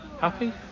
happy